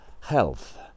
health